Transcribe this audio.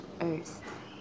Earth